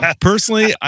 Personally